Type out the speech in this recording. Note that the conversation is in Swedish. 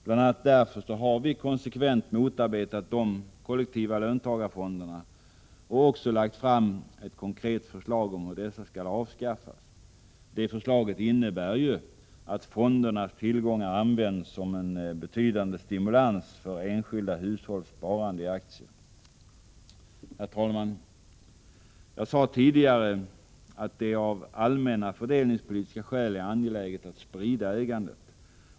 Bl.a. därför har vi konsekvent motarbetat de kollektiva löntagarfonderna och också lagt fram ett konkret förslag om hur dessa skall avskaffas. Det förslaget innebär att fondernas tillgångar används som en betydande stimulans för enskilda hushålls sparande i aktier. Herr talman! Jag sade tidigare att det av allmänna fördelningspolitiska skäl är angeläget att sprida ägandet.